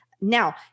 Now